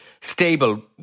stable